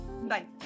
Bye